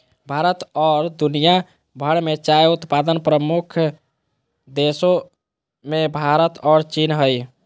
भारत और दुनिया भर में चाय उत्पादन प्रमुख देशों मेंभारत और चीन हइ